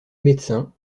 médecin